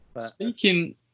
Speaking